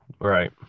Right